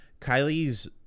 Kylie's